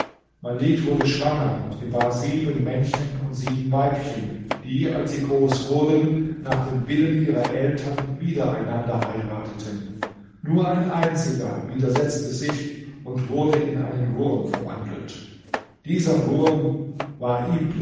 malit wurde schwanger und gebar sieben männchen und sieben weibchen die als sie groß wurden nach dem willen ihrer eltern wieder einander heirateten nur ein einziger widersetzte sich und wurde in einen wurm verwandelt dieser wurm war